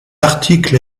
article